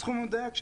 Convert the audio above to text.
הסכום המדויק,